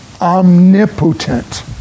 omnipotent